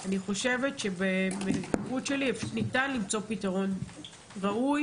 ואני חושבת שבפיקוד שלי ניתן למצוא פתרון ראוי